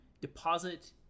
deposit